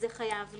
זה חייב להיות.